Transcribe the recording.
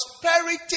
prosperity